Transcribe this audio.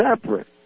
separate